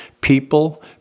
people